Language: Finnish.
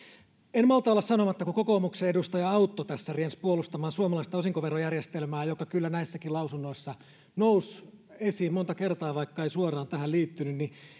en malta olla sanomatta kun kokoomuksen edustaja autto tässä riensi puolustamaan suomalaista osinkoverojärjestelmää joka kyllä näissäkin lausunnoissa nousi esiin monta kertaa vaikka ei suoraan tähän liittynyt että